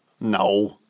No